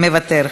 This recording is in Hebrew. מוותר,